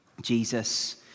Jesus